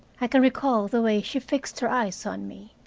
i can recall the way she fixed her eyes on me,